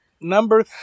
number